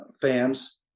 fans